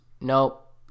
nope